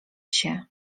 się